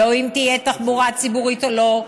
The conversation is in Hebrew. לא אם תהיה תחבורה ציבורית או לא,